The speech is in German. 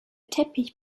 teppich